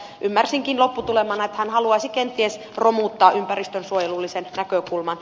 ymmärsinkin lopputulemana että hän haluaisi kenties romuttaa ympäristönsuojelullisen näkökulman